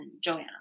Joanna